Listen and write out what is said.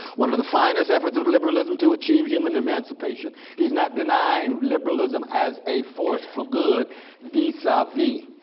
one of the finest efforts of liberalism to achieve human emancipation. he's not denying liberalism as a force for good vis-a-vis.